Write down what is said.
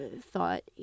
thought